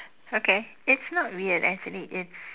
okay it's not weird actually it's